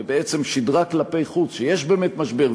ובעצם שידרה כלפי חוץ שיש באמת משבר,